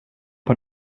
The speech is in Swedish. har